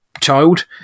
child